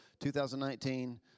2019